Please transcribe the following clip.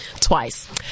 twice